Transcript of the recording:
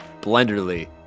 Blenderly